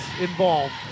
involved